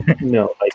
No